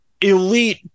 elite